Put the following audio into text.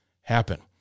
happen